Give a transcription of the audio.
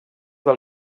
del